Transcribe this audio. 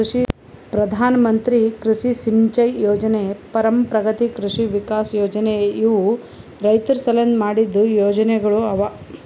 ಪ್ರಧಾನ ಮಂತ್ರಿ ಕೃಷಿ ಸಿಂಚೈ ಯೊಜನೆ, ಪರಂಪ್ರಗತಿ ಕೃಷಿ ವಿಕಾಸ್ ಯೊಜನೆ ಇವು ರೈತುರ್ ಸಲೆಂದ್ ಮಾಡಿದ್ದು ಯೊಜನೆಗೊಳ್ ಅವಾ